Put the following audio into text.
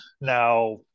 Now